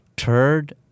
Turd